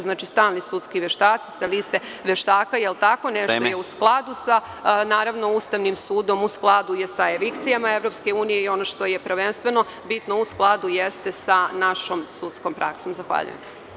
Znači stalni sudski veštaci sa liste veštaka, jer tako nešto je u skladu sa Ustavnim sudom, u skladu sa evikcijama EU i ono što je prvenstveno bitno, u skladu je sa našom sudskom praksom.